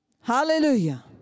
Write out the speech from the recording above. Hallelujah